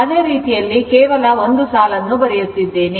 ಅದೇ ರೀತಿಯಲ್ಲಿ ಕೇವಲ ಒಂದು ಸಾಲನ್ನು ಬರೆಯುತ್ತಿದ್ದೇನೆ